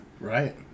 Right